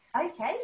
Okay